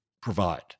provide